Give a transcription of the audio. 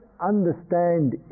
understand